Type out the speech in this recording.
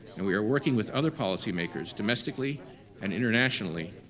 and we are working with other policymakers, domestically and internationally,